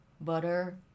butter